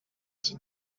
iki